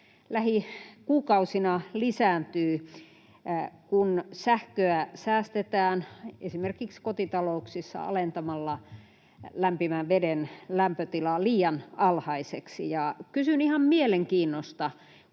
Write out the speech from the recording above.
lähikuukausina lisääntyy, kun sähköä säästetään esimerkiksi kotitalouksissa alentamalla lämpimän veden lämpötilaa liian alhaiseksi. Kysyn ihan mielenkiinnosta,